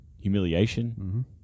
humiliation